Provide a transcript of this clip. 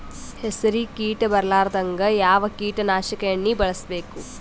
ಹೆಸರಿಗಿ ಕೀಟ ಬರಲಾರದಂಗ ಯಾವ ಕೀಟನಾಶಕ ಎಣ್ಣಿಬಳಸಬೇಕು?